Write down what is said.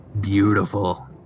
beautiful